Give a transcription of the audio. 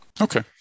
Okay